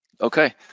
Okay